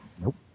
Nope